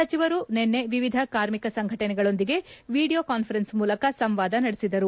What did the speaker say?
ಸಚಿವರು ನಿನ್ನೆ ವಿವಿಧ ಕಾರ್ಮಿಕ ಸಂಘಟನೆಗಳೊಂದಿಗೆ ವಿಡಿಯೋ ಕಾನ್ವರೆನ್ಲ್ ಮೂಲಕ ಸಂವಾದ ನಡೆಸಿದರು